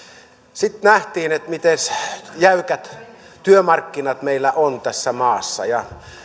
sitten nähtiin miten jäykät työmarkkinat meillä on tässä maassa ja